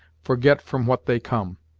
forget from what they come,